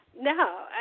No